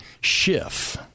Schiff